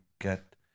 get